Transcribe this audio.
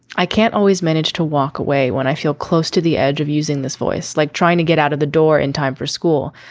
i can't always manage to walk away when i feel close to the edge of using this voice like trying to get out of the door in time for school.